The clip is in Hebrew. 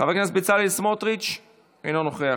חבר הכנסת בצלאל סמוטריץ' אינו נוכח,